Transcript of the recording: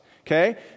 Okay